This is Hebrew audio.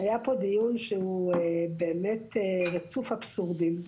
היה פה דיון שהוא באמת רצוף אבסורדים,